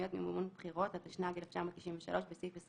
כאמור"; (ב)בפסקה (2),